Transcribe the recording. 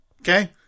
Okay